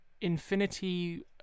Infinity